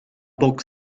bok